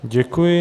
Děkuji.